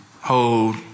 hold